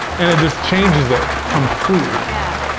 and, it just changes it completely. yeah.